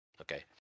Okay